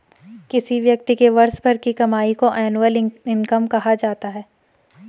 किसी व्यक्ति के वर्ष भर की कमाई को एनुअल इनकम कहा जाता है